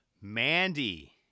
Mandy